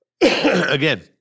again